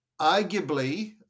arguably